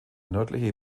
nördliche